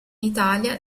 italia